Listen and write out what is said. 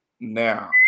now